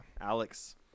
Alex